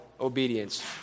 obedience